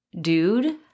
dude